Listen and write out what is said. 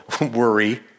worry